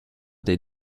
des